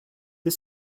der